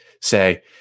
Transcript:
say